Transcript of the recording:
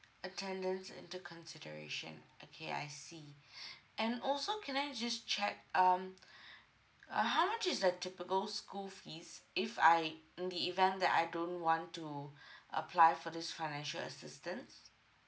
attendance into consideration okay I see and also can I just check um uh how much is the typical school fees if I in the event that I don't want to apply for this financial assistance